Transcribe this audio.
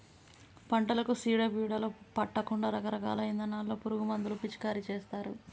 పంటలకు సీడ పీడలు పట్టకుండా రకరకాల ఇథానాల్లో పురుగు మందులు పిచికారీ చేస్తారు